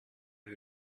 who